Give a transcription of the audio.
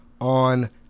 on